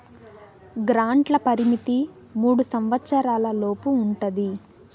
గ్రాంట్ల పరిమితి మూడు సంవచ్చరాల లోపు ఉంటది